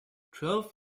twelve